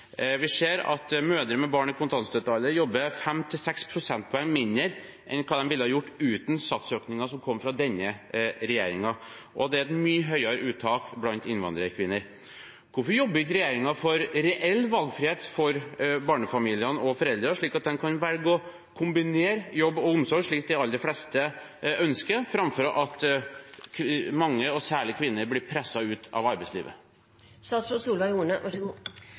Vi ser at mødre med barn i kontantstøttealder jobber 5–6 prosentpoeng mindre enn hva de ville ha gjort uten satsøkningen som kom fra denne regjeringen, og det er et mye høyere uttak blant utvandrerkvinner. Hvorfor jobber ikke regjeringen for reell valgfrihet for barnefamiliene og foreldrene, slik at de kan velge å kombinere jobb og omsorg, slik de aller fleste ønsker – framfor at mange, og særlig kvinner, blir presset ut av arbeidslivet?